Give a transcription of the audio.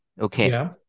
Okay